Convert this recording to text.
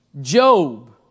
Job